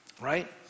Right